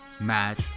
Match